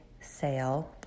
sale